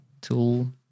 tool